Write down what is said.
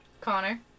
Connor